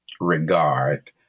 regard